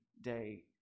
day